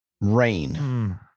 Rain